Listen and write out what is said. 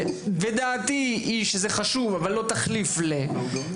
ודעתי היא שזה חשוב אבל לא תחליף למשהו.